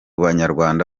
banyarwanda